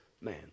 man